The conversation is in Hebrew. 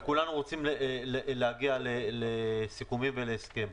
וכולנו רוצים להגיע לסיכומים ולהסכם.